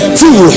two